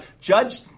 Judge